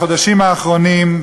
בחודשים האחרונים,